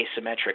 asymmetric